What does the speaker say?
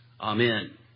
Amen